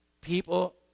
people